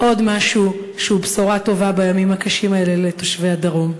עוד משהו שהוא בשורה בימים הקשים האלה לתושבי הדרום.